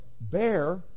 bear